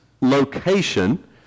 location